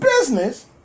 business